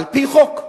על-פי חוק.